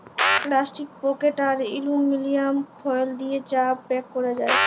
plastic packet আর aluminium foil দিয়ে চা প্যাক ক্যরা যায়